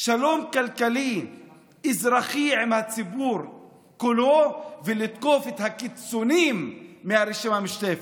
שלום כלכלי-אזרחי עם הציבור כולו ולתקוף את הקיצוניים מהרשימה המשותפת.